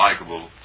Likeable